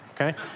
Okay